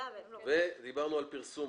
דיברנו על פרסום